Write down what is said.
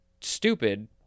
Stupid